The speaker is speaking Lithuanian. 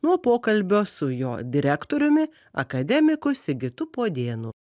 nuo pokalbio su jo direktoriumi akademiku sigitu podėnu